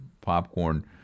popcorn